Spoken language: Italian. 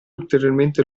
ulteriormente